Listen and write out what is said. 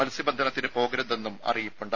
മത്സ്യബന്ധനത്തിന് പോകരുതെന്നും അറിയിപ്പുണ്ട്